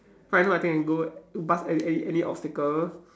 right now I think I can go past any any any obstacle